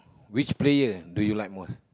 which player do you like most